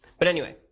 but anyway,